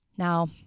Now